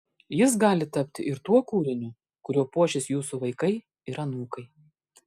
jis gali tapti ir tuo kūriniu kuriuo puošis jūsų vaikai ir anūkai